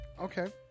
okay